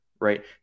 right